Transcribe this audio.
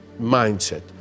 mindset